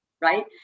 right